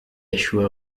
issue